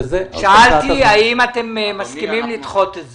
שאלתי האם אתם מסכימים לדחות את זה.